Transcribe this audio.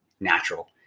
natural